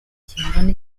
kingana